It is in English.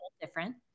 different